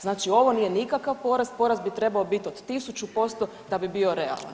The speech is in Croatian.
Znači ovo nije nikakav porast, porast bi trebao biti od 1000% da bi bio realan.